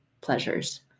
pleasures